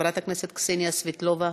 חברת הכנסת קסניה סבטלובה,